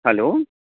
hello